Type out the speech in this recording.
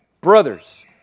Brothers